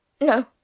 No